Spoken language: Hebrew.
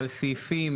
על סעיפים